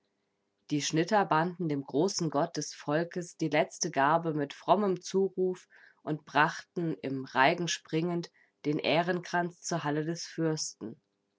die schnitter banden dem großen gott des volkes die letzte garbe mit frommem zuruf und brachten im reigen springend den ährenkranz zur halle des fürsten